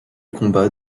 combats